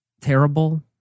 terrible